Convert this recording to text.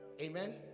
Amen